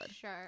sure